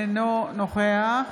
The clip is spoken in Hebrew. אינו נוכח